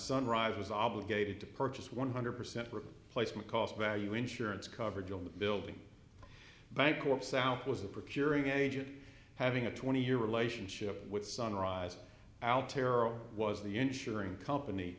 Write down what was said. sunrise was obligated to purchase one hundred percent replacement cost value insurance coverage on the building bancorp south was the procuring agent having a twenty year relationship with sunrise al taro was the insurance company